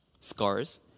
scars